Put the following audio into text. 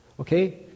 okay